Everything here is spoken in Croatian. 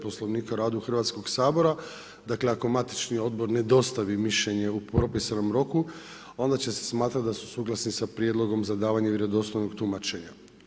Poslovnika o radu Hrvatskog sabora dakle ako matični odbor ne dostavi mišljenje u propisanom roku onda će se smatrati da su suglasni sa prijedlogom za davanje vjerodostojnog tumačenja.